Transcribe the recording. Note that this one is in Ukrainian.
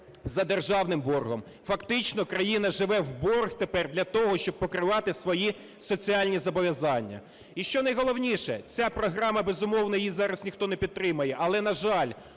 за державним боргом. Фактично країна живе в борг тепер для того, щоб покривати свої соціальні зобов'язання. І що найголовніше, ця програма, безумовно, її зараз ніхто не підтримає, але, на жаль,